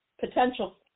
potential